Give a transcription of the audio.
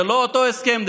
זה לא אותו הסכם,